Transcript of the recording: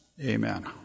amen